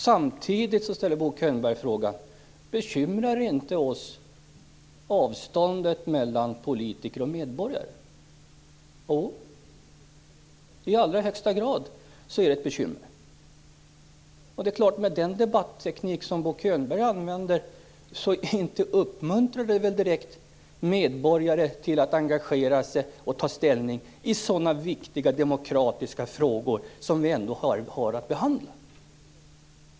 Samtidigt ställer Bo Könberg frågan om inte avståndet mellan politiker och medborgare bekymrar oss. Jo, i allra högsta grad är det ett bekymmer. Den debatteknik som Bo Könberg använder uppmuntrar väl inte direkt medborgare till att engagera sig och ta ställning i de viktiga demokratiska frågor som vi ändå har att behandla.